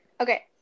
Okay